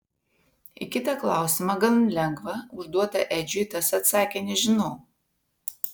į kitą klausimą gan lengvą užduotą edžiui tas atsakė nežinau